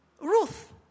Ruth